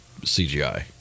CGI